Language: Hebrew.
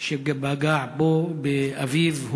שפגע בו ובאביו.